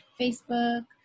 Facebook